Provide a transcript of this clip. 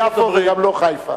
גם לא יפו וגם לא חיפה.